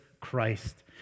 Christ